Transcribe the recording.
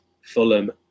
Fulham